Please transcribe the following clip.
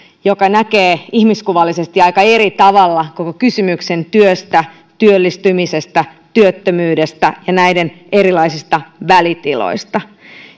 joka näkee ihmiskuvallisesti aika eri tavalla koko kysymyksen työstä työllistymisestä työttömyydestä ja näiden erilaisista välitiloista